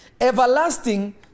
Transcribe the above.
Everlasting